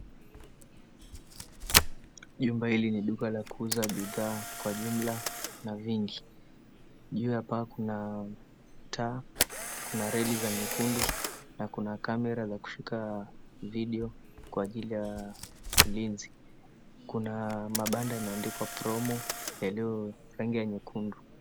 Jumba hili ni duka la kuuza bidhaa kwa jumla na vingi. Juu ya paa kuna taa, kuna reli za nyekundu na kuna camera za kushika video kwa ajili ya ulinzi